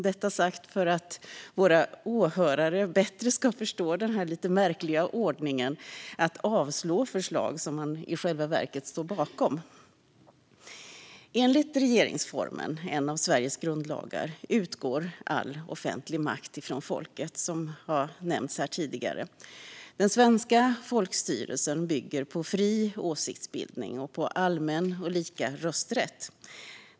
Detta sagt för att våra åhörare bättre ska förstå den lite märkliga ordningen att avslå förslag som man i själva verket står bakom. Enligt regeringsformen, en av Sveriges grundlagar, utgår all offentlig makt från folket, som tidigare nämnts. Den svenska folkstyrelsen bygger på fri åsiktsbildning och på allmän och lika rösträtt.